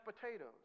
potatoes